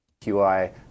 QI